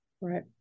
Right